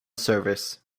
service